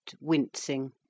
wincing